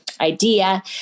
idea